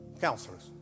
counselors